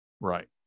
right